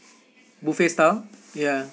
buffet style ya